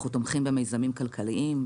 אנחנו תומכים במיזמים כלכליים,